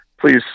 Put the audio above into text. please